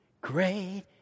great